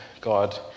God